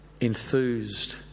enthused